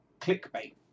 clickbait